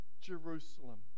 Jerusalem